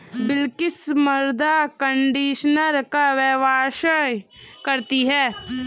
बिलकिश मृदा कंडीशनर का व्यवसाय करती है